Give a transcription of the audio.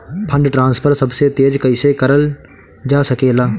Fund transfer सबसे तेज कइसे करल जा सकेला?